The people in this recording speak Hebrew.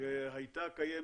שהייתה קיימת,